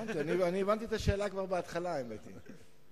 אני הבנתי את השאלה כבר בהתחלה, האמת.